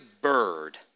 bird